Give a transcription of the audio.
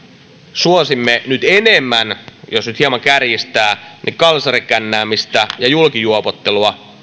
suosimme nyt enemmän jos nyt hieman kärjistää kalsarikännäämistä ja julkijuopottelua